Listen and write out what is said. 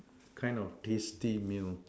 kind of tasty meal